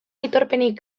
aitorpenik